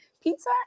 pizza